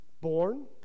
born